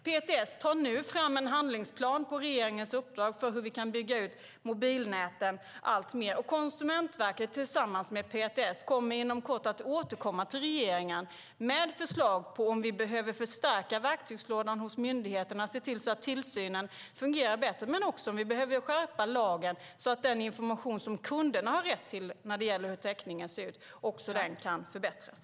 PTS tar nu fram en handlingsplan på regeringens uppdrag för hur mobilnäten kan byggas ut alltmer. Konsumentverket tillsammans med PTS ska inom kort återkomma till regeringen med förslag på en eventuell förstärkning hos myndigheterna, se till att tillsynen fungerar bättre och om lagen behöver skärpas så att den information som kunderna har rätt till när det gäller täckningen kan förbättras.